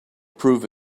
prove